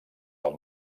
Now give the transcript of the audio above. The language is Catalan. del